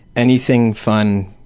anything fun.